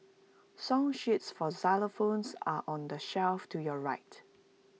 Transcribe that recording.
song sheets for xylophones are on the shelf to your right